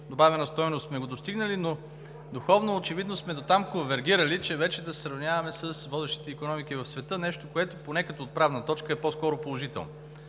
добавена стойност сме го достигнали, но духовно очевидно сме дотам конвергирали, че вече да се сравняваме с водещите икономики в света, нещо, което, поне като отправна точка, е по-скоро положително.